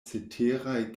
ceteraj